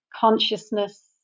consciousness